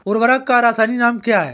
उर्वरक का रासायनिक नाम क्या है?